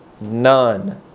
None